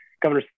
Governor